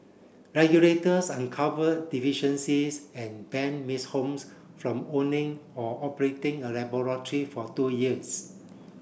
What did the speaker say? regulators uncover deficiencies and ban Ms Holmes from owning or operating a laboratory for two years